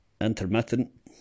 intermittent